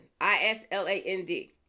I-S-L-A-N-D